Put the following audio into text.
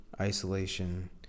isolation